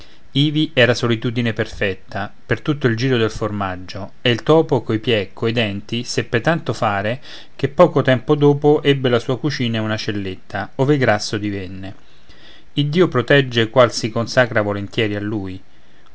ivi era solitudine perfetta per tutto il giro del formaggio e il topo coi piè coi denti seppe tanto fare che poco tempo dopo ebbe la sua cucina e una celletta ove grasso divenne iddio protegge qual si consacra volentieri a lui